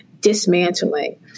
dismantling